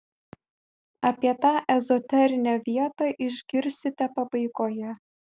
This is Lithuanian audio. apie tą ezoterinę vietą išgirsite pabaigoje